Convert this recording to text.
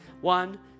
One